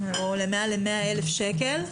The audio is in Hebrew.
או למעל ל-100,000 שקל,